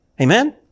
Amen